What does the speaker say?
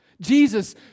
Jesus